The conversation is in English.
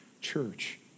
church